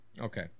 Okay